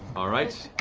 all right.